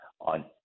on